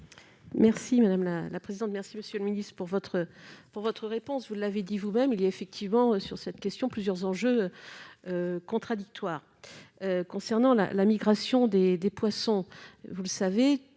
Merci madame la présidente, merci Monsieur le Ministre, pour votre pour votre réponse, vous l'avez dit vous-même, il y a effectivement sur cette question, plusieurs enjeux contradictoires concernant la la migration des des poissons, vous le savez